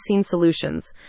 Solutions